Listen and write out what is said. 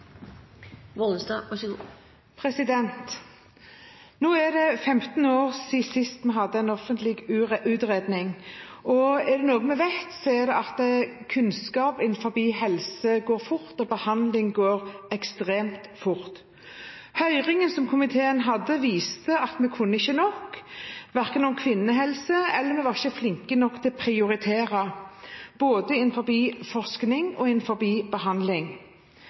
er 15 år siden sist vi hadde en offentlig utredning om dette temaet, og hvis det er noe vi vet, er det at kunnskapen innenfor helsefeltet går fort framover, og at utviklingen av behandlinger går ekstremt fort framover. Høringen som komiteen hadde, viste at vi ikke kan nok om kvinnehelse, og at vi ikke er flinke nok til å prioritere, innenfor både forskning og